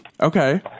okay